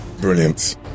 Brilliant